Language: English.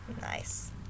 Nice